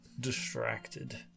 distracted